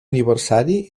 aniversari